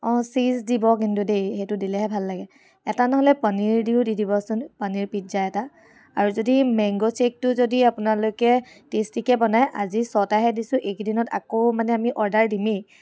অ' cheese দিব কিন্তু দেই সেইটো দিলেহে ভাল লাগে এটা নহ'লে পনীৰ দিওঁ দি দিবচোন পনীৰ পিজ্জা এটা আৰু যদি মেংগ' শ্বে'কটো যদি আপোনালোকে টেষ্টিকৈ বনাই আজি ছয়টাহে দিছো এইকেইদিনত আকৌ মানে আমি অৰ্ডাৰ দিমেই